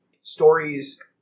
stories